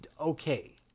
okay